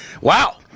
Wow